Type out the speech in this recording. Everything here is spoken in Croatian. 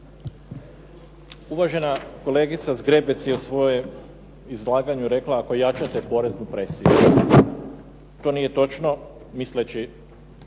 Uvažena kolegica Zgrebec je u svojem izlaganju rekla ako jačate poreznu presiju. To nije točno misleći